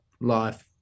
life